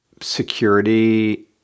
security